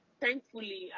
Thankfully